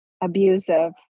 abusive